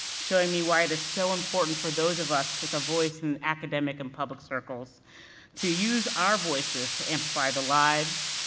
showing me why it is so important for those of us with a voice in academic and public circles to use our voices to amplify the lives,